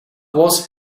was